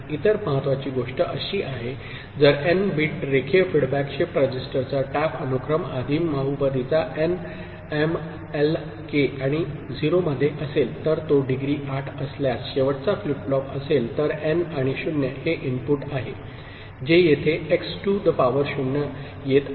इतर महत्वाची गोष्ट अशी आहे जर एन बिट रेखीय फीडबॅक शिफ्ट रजिस्टरचा टॅप अनुक्रम आदिम बहुपदीचा n m l k आणि 0 मध्ये असेल तर तो डिग्री 8 असल्यास शेवटचा फ्लिप फ्लॉप असेल तर एन आणि 0 हे इनपुट आहे जे येथे एक्स टू द पावर 0 येत आहे